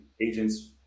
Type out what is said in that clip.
agents